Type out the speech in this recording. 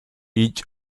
each